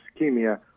ischemia